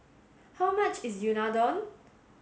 how much is Unadon